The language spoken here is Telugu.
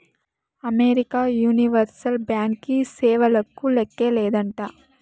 అమెరికా యూనివర్సల్ బ్యాంకీ సేవలకు లేక్కే లేదంట